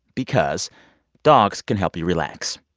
because dogs can help you relax